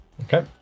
Okay